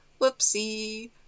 whoopsie